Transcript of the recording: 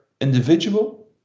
individual